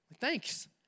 Thanks